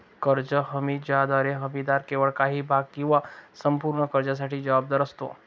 कर्ज हमी ज्याद्वारे हमीदार केवळ काही भाग किंवा संपूर्ण कर्जासाठी जबाबदार असतो